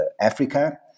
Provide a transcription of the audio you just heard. Africa